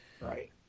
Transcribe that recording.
Right